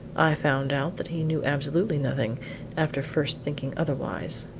i found out that he knew absolutely nothing after first thinking otherwise.